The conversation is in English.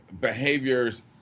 behaviors